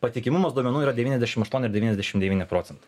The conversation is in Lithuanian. patikimumas duomenų yra devyniasdešimt aštuoni ir devyniasdešimt devyni procentai